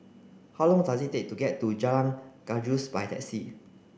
how long does it take to get to Jalan Gajus by taxi